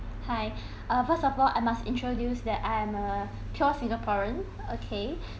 hi uh first of all I must introduce that I am a pure singaporean